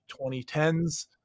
2010s